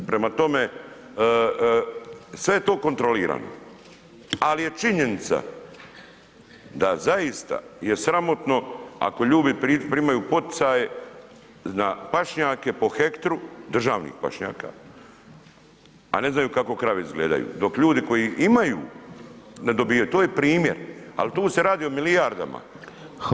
Prema tome, sve je to kontrolirano, ali je činjenica da zaista je sramotno ako ljudi primaju poticaje na pašnjake po hektru, državnih pašnjaka a ne znaju kako krave izgledaju, dok ljudi koji imaju ne dobijaju to je primjer, ali tu se radi o milijardama.